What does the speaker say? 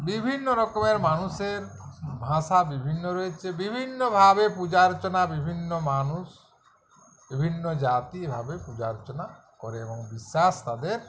বিভিন্ন রকমের মানুষের ভাষা ভাষা বিভিন্ন রয়েছে বিভিন্নভাবে পূজা অর্চনা বিভিন্ন মানুষ বিভিন্ন জাতি ভাবে পূজা অর্চনা করে এবং বিশ্বাস তাদের